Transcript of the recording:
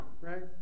right